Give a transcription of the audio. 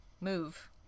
Move